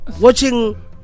Watching